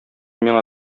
миңа